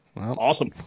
Awesome